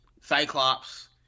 Cyclops